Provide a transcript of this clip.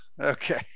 Okay